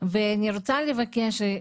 החולים ואני רוצה לבקש,